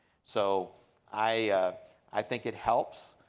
so i i think it helps,